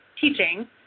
teaching